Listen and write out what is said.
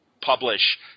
publish